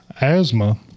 asthma